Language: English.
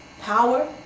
power